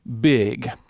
big